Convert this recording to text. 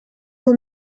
will